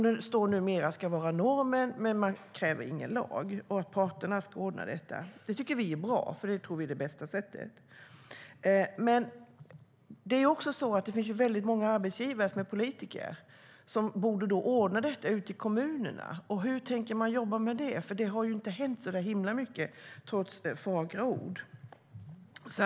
Det står numera att det ska vara norm, men man kräver ingen lag, utan parterna ska ordna detta. Det tycker vi är bra. Vi tror att det är bästa sättet. Men det finns väldigt många arbetsgivare som är politiker och som borde ordna detta ute i kommunerna. Hur tänker man jobba med det? Det har ju inte hänt så mycket, trots fagra ord.